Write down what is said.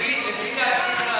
לפי דעתי,